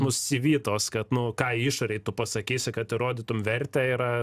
nusivytos kad nu ką išorėj tu pasakysi kad įrodytum vertę yra